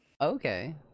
Okay